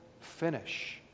finish